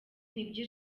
nibyo